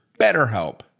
BetterHelp